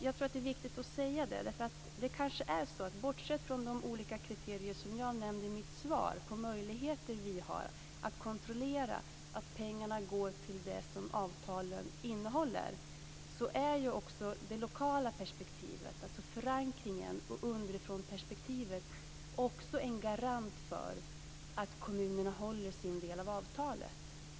Jag tror att det är viktigt att säga det därför att det - bortsett från de olika kriterier som jag nämnde i svaret när det gäller de möjligheter som vi har att kontrollera att pengarna går till det som avtalen innehåller - kanske är så att det lokala perspektivet, alltså förankringen och underifrånperspektivet, också är en garant för att kommunerna håller sin del av avtalet.